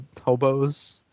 hobos